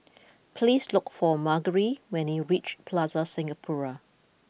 please look for Margery when you reach Plaza Singapura